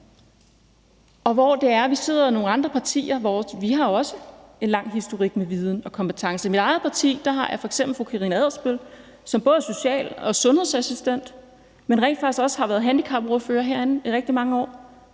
har en lang historik med viden og kompetence. I mit eget parti har jeg f.eks. fru Karina Adsbøl, som både er social- og sundhedsassistent, men rent faktisk også har været handicapordfører herinde i rigtig mange år.